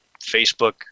facebook